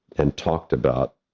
and talked about,